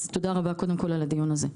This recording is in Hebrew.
אז תודה קודם כל על הדיון הזה.